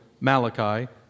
Malachi